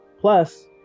plus